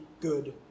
good